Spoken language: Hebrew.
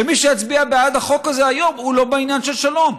שמי שיצביע בעד החוק הזה היום הוא לא בעניין של שלום.